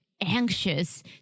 anxious